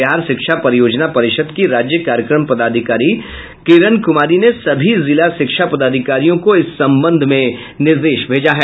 बिहार शिक्षा परियोजना परिषद की राज्य कार्यक्रम पदाधिकारी किरण कुमारी ने सभी जिला शिक्षा पदाधिकारियों को इस संबंध में निर्देश भेजा है